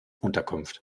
unterkunft